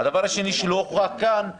הדבר השני שלא הוכרע כאן היא